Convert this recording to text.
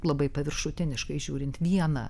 labai paviršutiniškai žiūrint viena